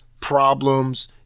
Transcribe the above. problems